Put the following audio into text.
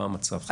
מה המצב.